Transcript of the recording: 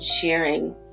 cheering